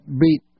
beat